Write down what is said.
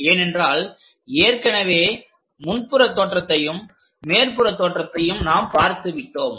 ஏனென்றால் ஏற்கனவே முன்புற தோற்றத்தையும் மேற்புற தோற்றத்தையும் நாம் பார்த்துவிட்டோம்